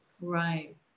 Right